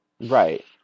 right